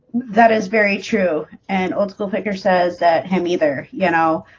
that is very true and old-school picker says that him either, you know